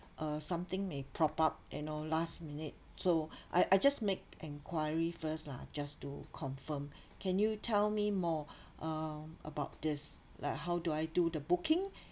uh something may prop up you know last minute so I I just make enquiry first lah just to confirm can you tell me more uh about this like how do I do the booking